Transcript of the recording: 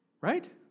right